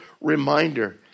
reminder